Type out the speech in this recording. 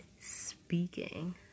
speaking